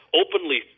openly